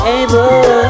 able